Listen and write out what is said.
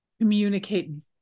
communicate